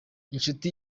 inshuti